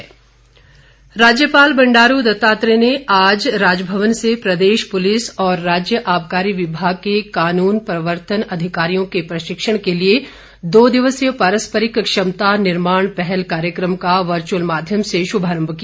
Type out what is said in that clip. राज्यपाल राज्यपाल बंडारू दत्तात्रेय ने आज राजभवन से प्रदेश पुलिस और राज्य आबकारी विभाग के कानून प्रवर्तन अधिकारियों के प्रशिक्षण के लिए दो दिवसीय पारस्परिक क्षमता निर्माण पहल कार्यक्रम का वर्चुअल माध्यम से शुभारंभ किया